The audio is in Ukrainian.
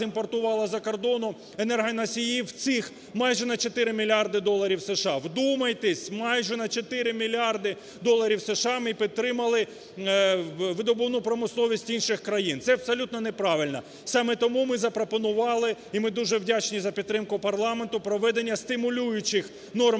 з-за кордону енергоносіїв цих майже на 4 мільярди доларів США. Вдумайтесь, майже на чотири мільярди доларів США ми підтримали видобувну промисловість інших країн, це все абсолютно неправильно. Саме тому ми запропонували, і ми дуже вдячні за підтримку парламенту, проведення стимулюючих норм